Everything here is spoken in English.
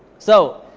so,